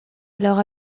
alors